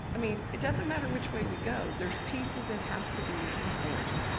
i mean, it doesn't matter which way we go, there's pieces that have to be enforced.